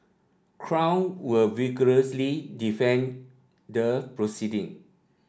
crown will vigorously defend the proceeding